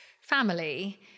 family